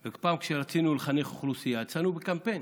פעם, כשרצינו לחנך אוכלוסייה יצאנו בקמפיין.